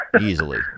easily